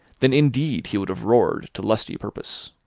then indeed he would have roared to lusty purpose.